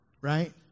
right